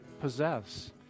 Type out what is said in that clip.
possess